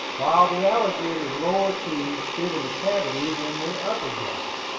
while the alligator's lower teeth fit into cavities in the upper jaw.